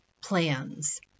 plans